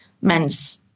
men's